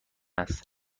است